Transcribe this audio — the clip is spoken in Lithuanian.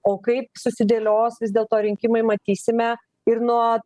o kaip susidėlios vis dėlto rinkimai matysime ir nuo